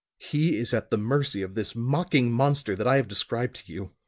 he is at the mercy of this mocking monster that i have described to you.